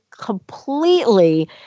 completely